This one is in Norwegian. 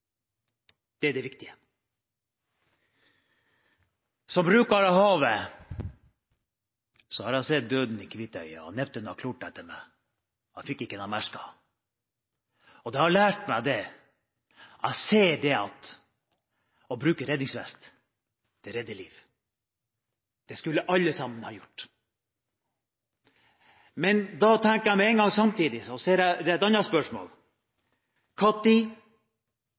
Det er det viktige. Som bruker av havet, har jeg sett døden i hvitøyet, og Neptun har klort etter meg. Jeg fikk ikke noen merker. Det har lært meg at det å bruke redningsvest, redder liv. Det skulle alle sammen ha gjort. Da tenker jeg med en gang samtidig at det er et annet spørsmål: når, for hvem og hvor? Det er vel kanskje det vi snakker om. Er det riktig at